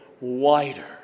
wider